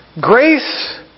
Grace